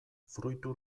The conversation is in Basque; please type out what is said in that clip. fruitu